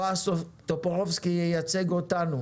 בועז טופורובסקי ייצג אותנו